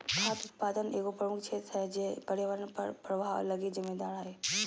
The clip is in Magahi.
खाद्य उत्पादन एगो प्रमुख क्षेत्र है जे पर्यावरण पर प्रभाव लगी जिम्मेदार हइ